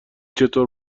چطور